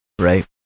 right